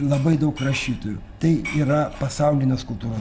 labai daug rašytojų tai yra pasaulinės kultūros